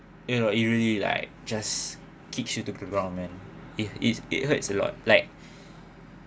you know it really like just kicks you to prevent on them it it it hurts a lot like